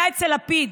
היה אצל לפיד,